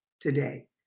today